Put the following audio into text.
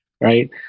right